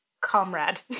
comrade